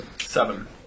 Seven